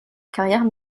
carrière